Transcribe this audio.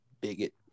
bigot